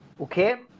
Okay